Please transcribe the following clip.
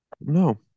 no